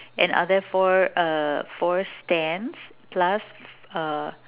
and are there four uh four stands plus a